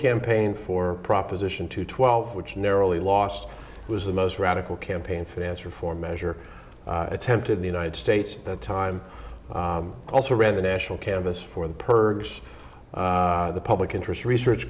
campaign for proposition two twelve which narrowly lost it was the most radical campaign finance reform measure attempt in the united states that time also ran the national canvas for the purpose the public interest research